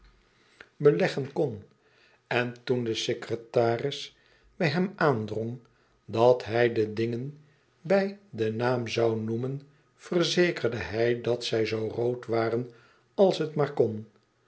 en toen de secretaris bij hem aandrong dat hij de dingen bij den naam zou noemen verzekerde hij dat zij zoo rood waren als het maar kon